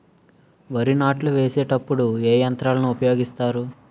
వరి నాట్లు వేసేటప్పుడు ఏ యంత్రాలను ఉపయోగిస్తారు?